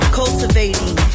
cultivating